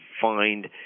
find